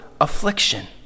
affliction